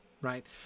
Right